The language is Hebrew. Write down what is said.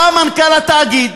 בא מנכ"ל התאגיד